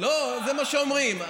לא, זה מה שאומרים.